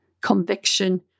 conviction